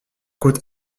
côte